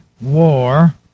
war